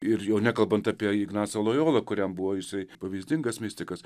ir jau nekalbant apie ignacą lojolą kuriam buvo jisai pavyzdingas mistikas